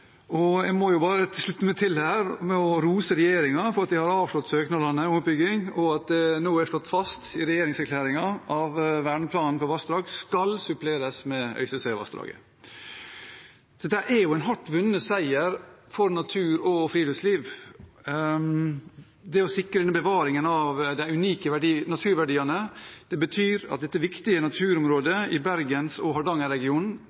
hørt. Jeg må bare slutte meg til dette med å rose regjeringen for at de har avslått søknadene om utbygging, og at det nå er slått fast i regjeringserklæringen at verneplanen for vassdrag skal suppleres med Øystesevassdraget. Dette er en hardt vunnet seier for natur og friluftsliv. Det å sikre denne bevaringen av de unike naturverdiene betyr at dette viktige naturområdet i Bergens- og